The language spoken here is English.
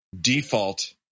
default